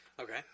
Okay